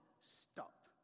Stop